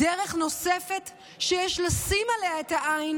זו דרך נוספת שיש לשים עליה את העין